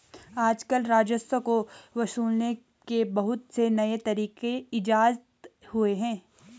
आजकल राजस्व को वसूलने के बहुत से नये तरीक इजात हुए हैं